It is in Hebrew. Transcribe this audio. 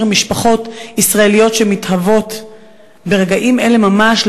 משפחות ישראליות שמתהוות ברגעים אלה ממש,